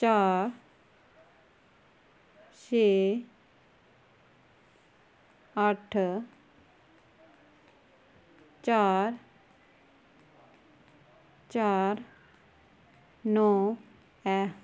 चार छे अट्ठ चार चार नौ ऐ